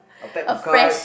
a pack of cards